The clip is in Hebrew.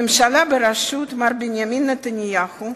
הממשלה בראשות מר בנימין נתניהו,